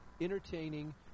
entertaining